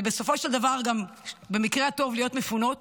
ובסופו של דבר, במקרה הטוב, להיות מפונות,